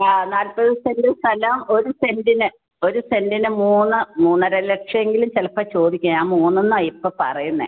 ആ നാൽപ്പത് സെൻ്റ് സ്ഥലം ഒരു സെൻ്റിന് ഒരു സെൻ്റിന് മൂന്ന് മൂന്നര ലക്ഷമെങ്കിലും ചിലപ്പോൾ ചോദിക്കും ഞാൻ മൂന്നെന്നാ ഇപ്പോൾ പറയുന്നത്